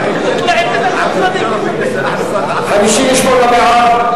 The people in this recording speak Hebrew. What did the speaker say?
מרינה סולודקין, קבוצת סיעת מרצ,